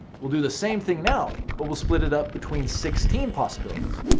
we'll do the same thing now, but we'll split it up between sixteen possibilities.